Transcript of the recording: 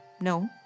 No